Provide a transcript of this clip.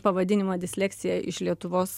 pavadinimą disleksija iš lietuvos